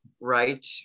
right